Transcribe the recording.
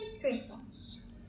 Christmas